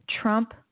Trump